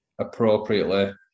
appropriately